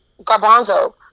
garbanzo